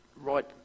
right